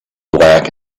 black